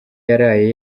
yaraye